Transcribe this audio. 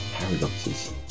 Paradoxes